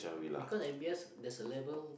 because m_b_s there's a level